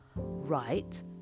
right